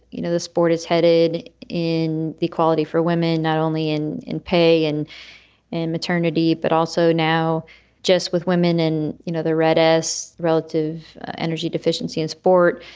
you know, the sport is headed in equality for women, not only in in pay and in maternity, but also now just with women in you know the red s relative energy deficiency in sport,